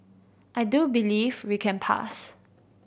I do believe we can pass